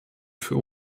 für